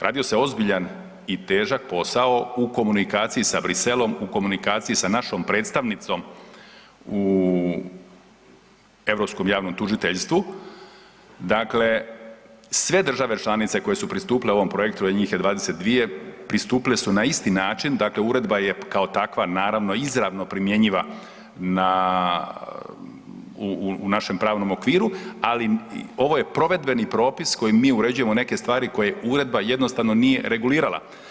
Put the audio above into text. Radio se ozbiljan i težak posao u komunikaciji sa Bruxellesom, u komunikaciji sa našom predstavnicom u Europskom javnom tužiteljstvu, dakle, sve države članice koje su pristupile ovom projektu, a njih je 22, pristupile su na isti način, dakle uredba je kao takva, naravno, izravno primjenjiva na, u našem pravnom okviru, ali ovo je provedbeni propis kojim mi uređujemo neke stvari koje uredba jednostavno nije regulirala.